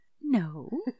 No